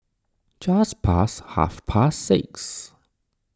just past half past six